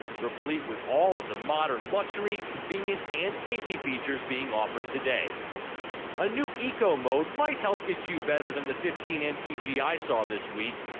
replete with all of the modern luxury, convenience and safety features being offered today a new eco mode might help get you better than the fifteen mpg i saw this week.